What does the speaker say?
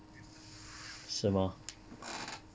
是吗